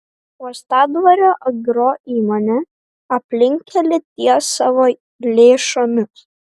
uostadvario agroįmonė aplinkkelį ties savo lėšomis